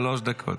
שלוש דקות.